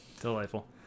Delightful